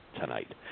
tonight